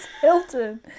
hilton